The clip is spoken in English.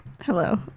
Hello